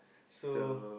so